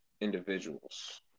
individuals